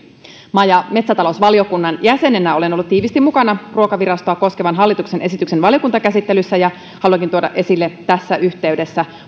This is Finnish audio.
maa ja metsätalousvaliokunnan jäsenenä olen ollut tiiviisti mukana ruokavirastoa koskevan hallituksen esityksen valiokuntakäsittelyssä ja haluankin tuoda esille tässä yhteydessä